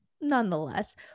Nonetheless